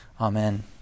Amen